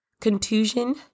contusion